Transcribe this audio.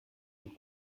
und